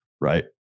Right